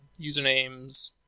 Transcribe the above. usernames